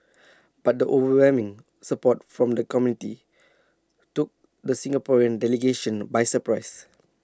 but the overwhelming support from the committee took the Singaporean delegation by surprise